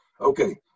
Okay